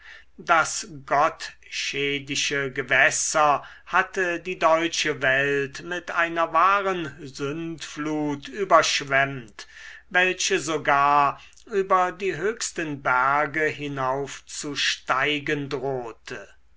das gottschedische gewässer hatte die deutsche welt mit einer wahren sündflut überschwemmt welche sogar über die höchsten berge hinaufzusteigen drohte